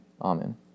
Amen